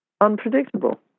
unpredictable